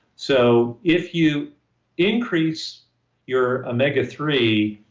so, if you increase your omega three,